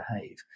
behave